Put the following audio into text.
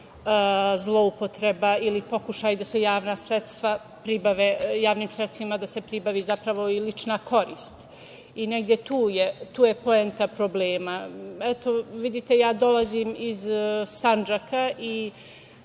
zloupotreba ili pokušaj da se javnim sredstvima pribavi i lična korist. Negde tu je poenta problema. Ja dolazim iz Sandžaka i